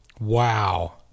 Wow